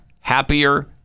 happier